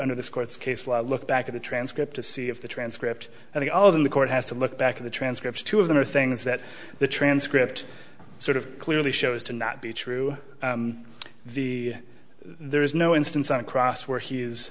under this court's case look back at the transcript to see of the transcript that all of the court has to look back at the transcripts two of them are things that the transcript sort of clearly shows to not be true the there is no instance on cross where he is